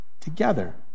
together